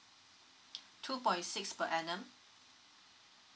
two point six per annum